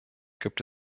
gibt